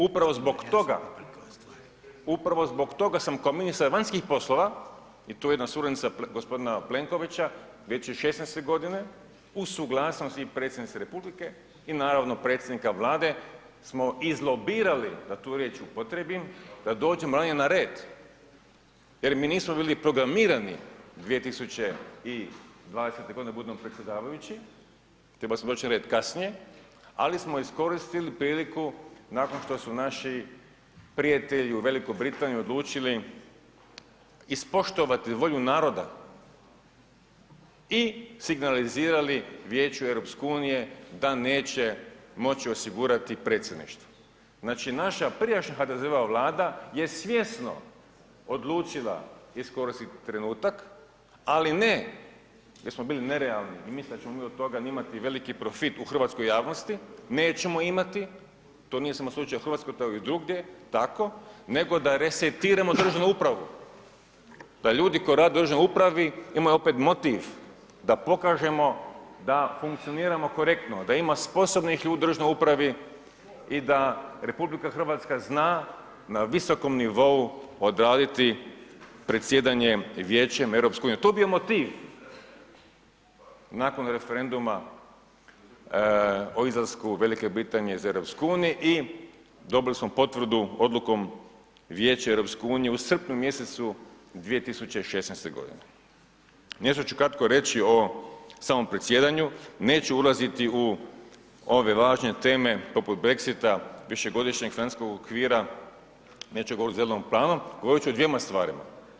Upravo zbog toga, upravo zbog toga sam ko ministar vanjskih poslova i tu je jedna suradnica g. Plenkovića već je '16.g. uz suglasnost i predsjednice republike i naravno predsjednika Vlade smo izlobirali da tu riječ upotrijebim, da dođemo ranije na red jer mi nismo bili programirani 2020.g. da budemo predsjedavajući, trebali smo doći na red kasnije, ali smo iskoristili priliku nakon što su naši prijatelji u Velikoj Britaniji odlučili ispoštovati volju naroda i signalizirali Vijeću EU da neće moći osigurati predsjedništvo, znači naša prijašnja HDZ-ova Vlada je svjesno odlučila iskoristiti trenutak, ali ne jer smo bili nerealni i mislili da ćemo mi od toga imati veliki profit u hrvatskoj javnosti, nećemo imati, to nije samo slučaj u RH, to je i drugdje tako, nego da resetiramo državnu upravu, da ljudi koji rade u državnoj upravi imaju opet motiv da pokažemo da funkcioniramo korektno, da ima sposobnih ljudi u državnoj upravi i da RH zna na visokom nivou odraditi predsjedanjem Vijećem EU, to je bio motiv nakon referenduma o izlasku Velike Britanije iz EU i dobili smo potvrdu odlukom Vijeća EU u srpnju mjesecu 2016.g. Nešto ću kratko reći o samom predsjedanju, neću ulaziti u ove važnije teme poput brexita, višegodišnjeg financijskog okvira, neću govorit o zelenom planu, govorit ću o dvjema stvarima.